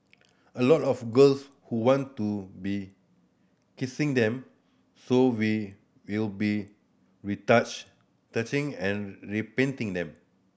a lot of girls who want to be kissing them so we will be retouch touching and repainting them